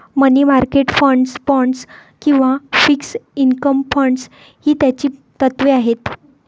मनी market fund, bonds किंवा fixed income fund ही त्याची तत्त्वे आहेत